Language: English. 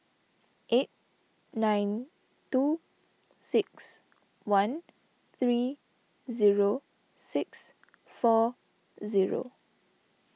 eight nine two six one three zero six four zero